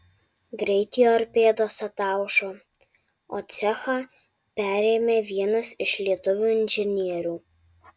greit jo ir pėdos ataušo o cechą perėmė vienas iš lietuvių inžinierių